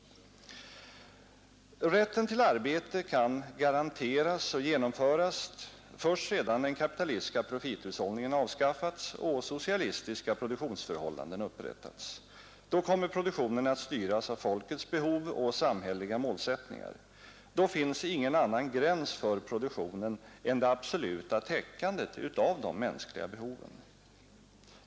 Rätten till arbete kan garanteras och genomföras först sedan den kapitalistiska profithushållningen avskaffats och socialistiska produktionsförhållanden upprättats. Då kommer produktionen att styras av folkets behov och samhälleliga målsättningar. Då finns ingen annan gräns för produktionen än det absoluta täckandet av de mänskliga behoven.